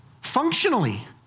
Functionally